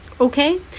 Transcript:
okay